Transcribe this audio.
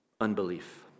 unbelief